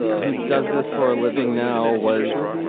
who does this for a living now, was,